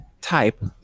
type